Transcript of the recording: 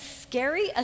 scary